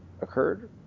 occurred